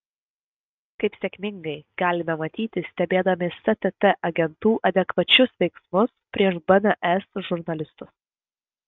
kaip sėkmingai galime matyti stebėdami stt agentų adekvačius veiksmus prieš bns žurnalistus